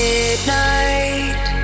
Midnight